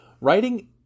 writing